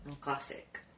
Classic